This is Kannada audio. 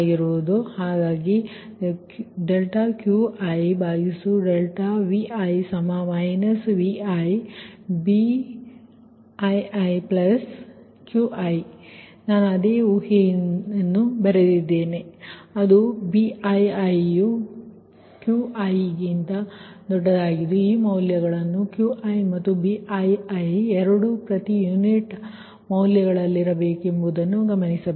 ಆದ್ದರಿಂದ ∂Qi∂Vi |Vi|BiiQi ನಾನು ಅದೇ ಊಹೆಯನ್ನು ಬರೆದಿದ್ದೇನೆ ಅದು Bii≫Qi ಈ ಮೌಲ್ಯಗಳು Qiಮತ್ತು Bii ಎರಡೂ ಪ್ರತಿ ಯುನಿಟ್ ಮೌಲ್ಯಗಳಲ್ಲಿರಬೇಕು ಎಂಬುದನ್ನು ಗಮನಿಸಿ